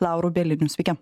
lauru bieliniu sveiki